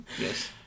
yes